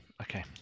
Okay